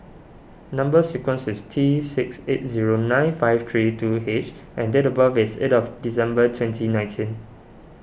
Number Sequence is T six eight zero nine five three two H and date of birth is eight of December twenty nineteen